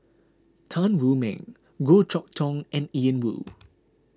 Tan Wu Meng Goh Chok Tong and Ian Woo